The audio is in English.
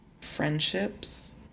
friendships